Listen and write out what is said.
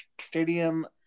stadium